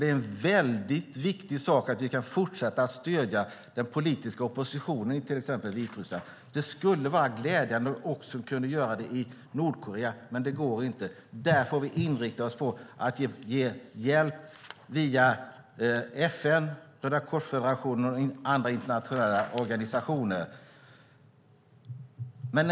Det är en väldigt viktig sak att vi kan fortsätta att stödja den politiska oppositionen i till exempel Vitryssland. Det skulle vara glädjande om vi också kunde göra det i Nordkorea, men det går inte. Där får vi inrikta oss på att ge hjälp via FN, Rödakorsfederationen och andra internationella organisationer. Herr talman!